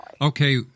Okay